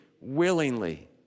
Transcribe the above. willingly